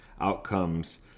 outcomes